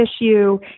issue